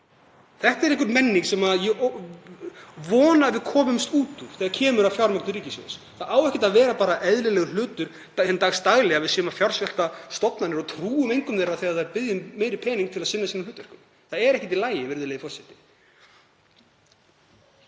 Þetta er einhver menning sem ég vona að við komumst út úr þegar kemur að fjármögnun ríkissjóðs. Það á ekki að vera eðlilegur hlutur dags daglega að við fjársveltum stofnanir og trúum engum þeirra þegar þær biðja um meiri pening til að sinna sínum hlutverkum. Það er ekki í lagi, virðulegi forseti.